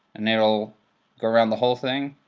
and it'll go around the whole thing.